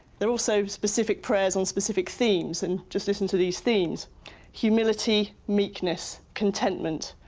there are also specific prayers on specific themes, and just listen to these themes humility, meekness, contentment,